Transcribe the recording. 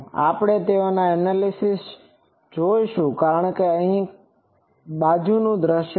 હવે આપણે તે એનાલિસીસanalysisવિશ્લેષણ જોશું કારણ કે આ અહીં ખરેખર બાજુનું દૃશ્ય છે